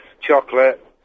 chocolate